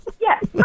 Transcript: Yes